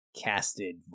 casted